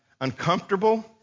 uncomfortable